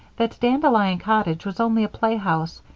that dandelion cottage was only a playhouse,